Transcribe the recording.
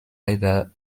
river